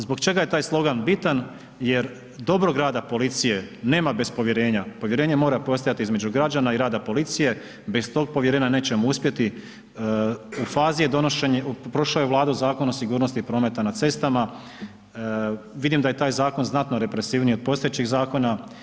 Zbog čega je taj slogan bitan jer dobrog rada policije, nema bez povjerenja, povjerenje mora postojati između građana i rada policije, bez tog povjerenja nećemo uspjeti, u fazi je donošenje, prošao je Vladu Zakon o sigurnosti prometa na cestama, vidim da je tak zakon znatno represivniji od postojećih zakona.